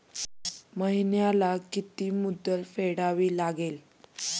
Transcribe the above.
महिन्याला किती मुद्दल फेडावी लागेल?